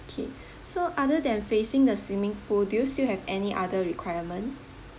okay so other than facing the swimming pool do you still have any other requirement